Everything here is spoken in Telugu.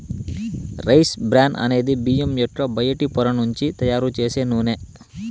రైస్ బ్రాన్ అనేది బియ్యం యొక్క బయటి పొర నుంచి తయారు చేసే నూనె